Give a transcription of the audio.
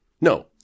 No